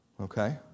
okay